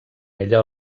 ella